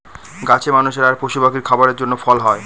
গাছে মানুষের আর পশু পাখির খাবারের জন্য ফল হয়